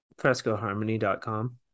FrescoHarmony.com